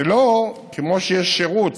זה לא כמו שיש שירות ציבורי,